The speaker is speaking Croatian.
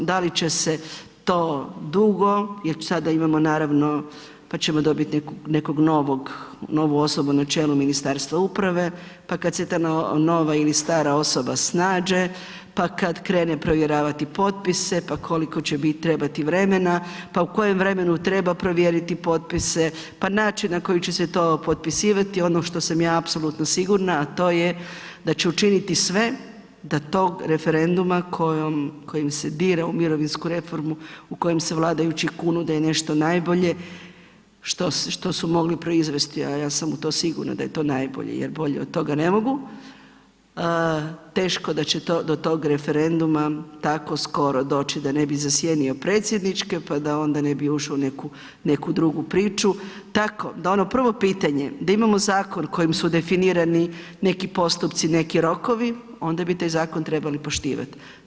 Da li će se to dugo jer sada imamo naravno, pa ćemo dobiti nekog novog, novu osobu na čelu Ministarstva uprave, pa kad se ta nova ili stara osoba snađe, pa kad krene provjeravati potpise, pa koliko će trebati vremena, pa u kojem vremenu treba provjeriti potpise, pa način na koji će se to potpisivati, ono što sam ja apsolutno sigurna, a to je da će učiniti sve da tog referenduma kojom, kojim se dira u mirovinsku reformu u kojem se vladajući kunu da je nešto najbolje što su mogli proizvesti, a ja sam u to sigurna da je to najbolje jer bolje od toga ne mogu, teško da će do tog referenduma tako skoro doći da ne bi zasjenio predsjedničke, pa da onda ne bi ušao u neku, neku drugu priču, tako da ono prvo pitanje da imamo zakon kojim su definirani neki postupci, neki rokovi onda bi taj zakon trebali poštivati.